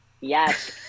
Yes